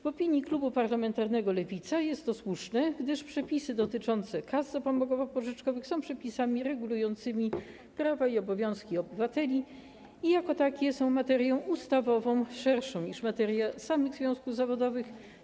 W opinii klubu parlamentarnego Lewica jest to słuszne, gdyż przepisy dotyczące kas zapomogowo-pożyczkowych są przepisami regulującymi prawa i obowiązki obywateli i jako takie są szerszą materią ustawową niż materia samych związków zawodowych.